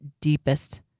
deepest